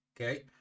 Okay